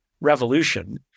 revolution